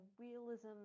realism